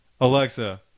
Alexa